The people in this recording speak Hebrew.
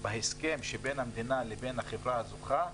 בהסכם שבין המדינה לבין החברה הזוכה,